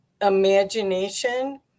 imagination